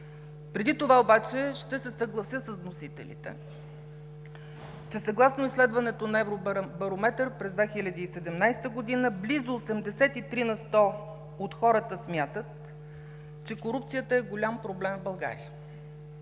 Преди това ще се съглася с вносителите, че съгласно изследването на „Евробарометър“ през 2017 г. близо 83 на сто от хората смятат, че корупцията е голям проблем в България.